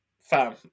fam